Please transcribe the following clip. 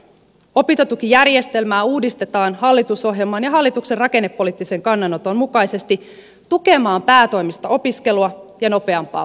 opintotukijärjestelmää uudistetaan hallitusohjelman ja hallituksen rakennepoliittisen kannanoton mukaisesti tukemaan päätoimista opiskelua ja nopeampaa valmistumista